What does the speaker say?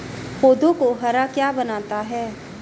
पौधों को हरा क्या बनाता है?